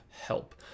help